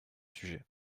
sujet